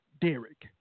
Derek